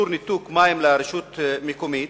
איסור ניתוק מים לרשות מקומית),